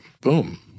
Boom